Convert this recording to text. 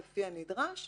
לפי הנדרש,